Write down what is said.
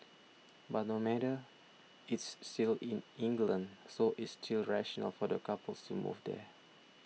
but no matter it's still in England so it's still rational for the couples to move there